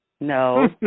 No